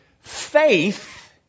faith